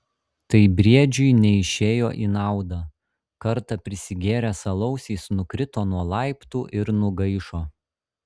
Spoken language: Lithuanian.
tai briedžiui neišėjo į naudą kartą prisigėręs alaus jis nukrito nuo laiptų ir nugaišo